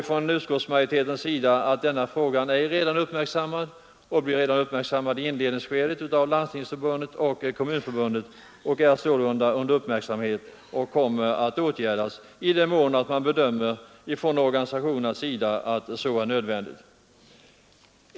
Från utskottsmajoritetens sida menar vi att denna fråga redan i inledningsskedet är uppmärksammad av kommunförbunden och kommer att åtgärdas i den mån man från organisationernas sida bestämmer det nödvändigt.